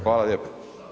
Hvala lijepo.